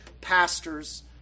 pastors